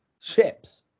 ships